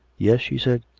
yes? she said.